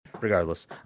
Regardless